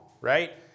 right